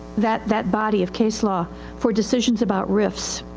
that, that body of case law for decisions about rifis.